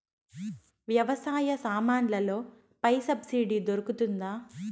వ్యవసాయ సామాన్లలో పై సబ్సిడి దొరుకుతుందా?